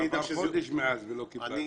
עבר חודש מאז ולא קיבלנו.